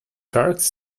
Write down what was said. sharks